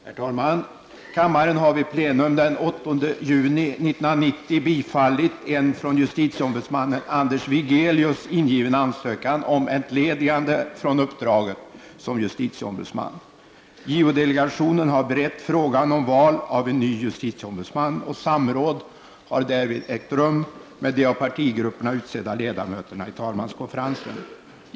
Herr talman! Kammaren har vid plenum den 8 juni 1990 bifallit en från justitieombudsmannen Anders Wigelius ingiven ansökan om entledigande från uppdraget som justitieombudsman. JO-delegationen har berett frågan om val av en ny justitieombudsman. Samråd har därvid ägt rum med de av partigrupperna utsedda ledamöterna i talmanskonferensen.